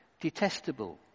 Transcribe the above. detestable